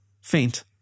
Faint